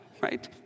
right